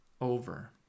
over